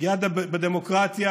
פגיעה בדמוקרטיה